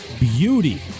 beauty